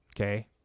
okay